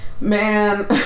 Man